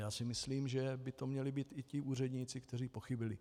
A já si myslím, že by to měli být i ti úředníci, kteří pochybili.